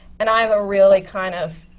and i have a really kind of